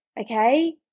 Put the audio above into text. okay